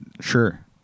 Sure